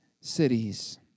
cities